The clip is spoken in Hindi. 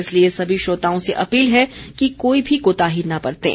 इसलिए सभी श्रोताओं से अपील है कि कोई भी कोताही न बरतें